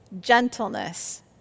gentleness